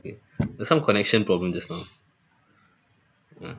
there's some connection problem just now